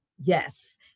Yes